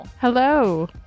Hello